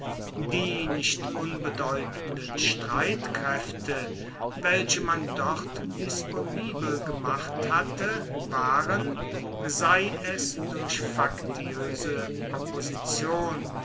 die nicht unbedeutenden streitkraefte welche man dort disponibel gemacht hatte waren sei es durch faktioese opposition